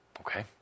Okay